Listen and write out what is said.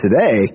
today